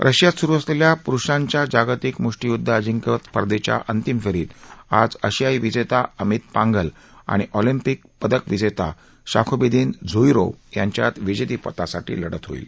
रशियात सुरु असलेल्या पुरुषांच्या जा तिक मुष्ठीयुद्ध अजिंक्यपद स्पर्धेच्या अंतिम फेरीत आज आशियाई विजेता अमित पांघल आणि ऑलिम्पिक पदक विजेता शाखोबिदीन झोइरोव यांच्यात विजेतेपदासाठी लढत होईल